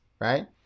right